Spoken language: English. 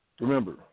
Remember